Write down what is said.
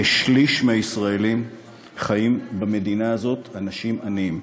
כשליש מהישראלים החיים במדינה הזאת הם אנשים עניים.